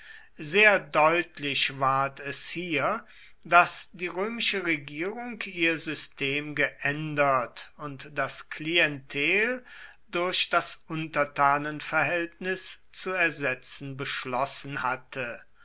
sehr deutlich ward es hier daß die römische regierung ihr system geändert und das klientel durch das untertanenverhältnis zu ersetzen beschlossen hatte